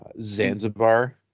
Zanzibar